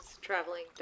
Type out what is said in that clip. traveling